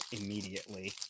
immediately